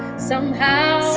somehow